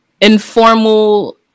informal